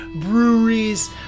breweries